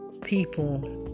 people